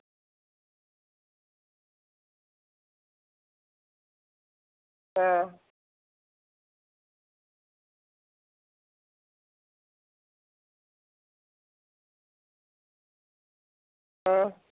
ते हां